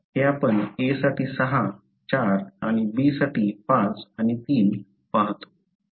तर हे आपण A साठी 6 आणि 4 आणि B साठी 5 आणि 3 पाहतो